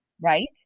right